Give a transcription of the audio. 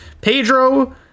Pedro